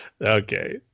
Okay